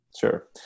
Sure